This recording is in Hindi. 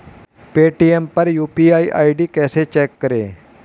पेटीएम पर यू.पी.आई आई.डी कैसे चेक करें?